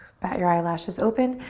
bat your eyelashes open.